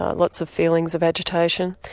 ah lots of feelings of agitation.